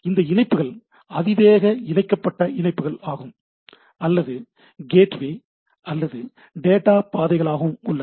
இந்த இணைப்புகள் அதிவேக இணைக்கப்பட்ட இணைப்புகள் ஆகவும் அல்லது கேட்வே அல்லது டேட்டா பாதைகளாகவும் உள்ளன